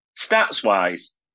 Stats-wise